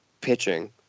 pitching